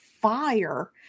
fire